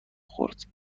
خورد